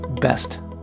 Best